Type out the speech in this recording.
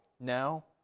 now